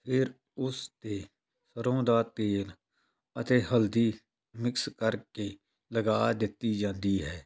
ਫਿਰ ਉਸ 'ਤੇ ਸਰੋਂ ਦਾ ਤੇਲ ਅਤੇ ਹਲਦੀ ਮਿਕਸ ਕਰਕੇ ਲਗਾ ਦਿੱਤੀ ਜਾਂਦੀ ਹੈ